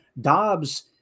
Dobbs